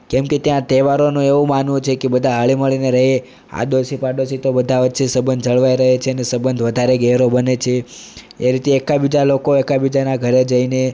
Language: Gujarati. કેમ કે ત્યાં તહેવારોનો એવું માનવું છે કે બધા હળી મળીને રહે આડોશીપાડોશી તો બધા વચ્ચે સંબંધ જળવાઈ રહે છેને સબંધ વધારે ગહેરો બને છે એ રીતે એકાબીજા લોકો એકાબીજાના ઘરે જઈને